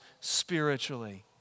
spiritually